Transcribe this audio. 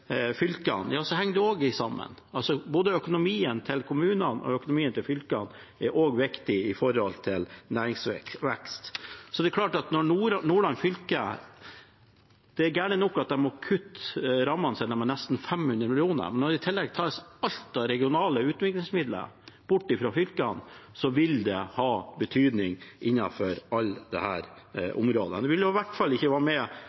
fylkene, henger det også sammen, både økonomien til kommunene og økonomien til fylkene er viktig med hensyn til næringsvekst. Det er klart at når Nordland fylke må kutte rammene sine med nesten 500 mill. kr, er det galt nok, men når en i tillegg tar alt av regionale utviklingsmidler bort fra fylkene, vil det ha betydning innenfor alle disse områdene. Det vil i hvert fall ikke være med